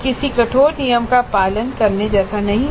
किसी कठोर नियम का पालन करने जैसा कुछ नहीं है